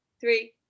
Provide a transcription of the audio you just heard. three